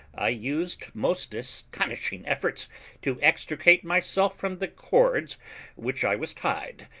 i used most astonishing efforts to extricate myself from the cords which i was tied,